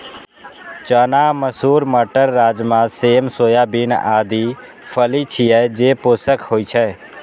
चना, मसूर, मटर, राजमा, सेम, सोयाबीन आदि फली छियै, जे पोषक होइ छै